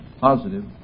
positive